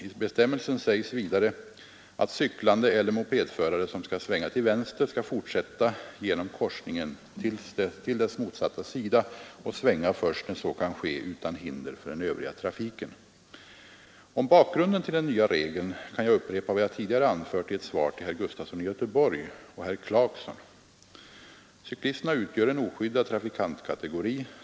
I bestämmelsen sägs vidare att cyklande eller mopedförare, som skall svänga till vänster, skall fortsätta genom korsningen till dess motsatta sida och svänga först när så kan ske utan hinder för den övriga trafiken. Om bakgrunden till den nya regeln kan jag upprepa vad jag tidigare anfört i ett svar till herr Gustafson i Göteborg och herr Clarkson. Cyklisterna utgör en oskyddad trafikantkategori.